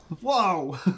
Whoa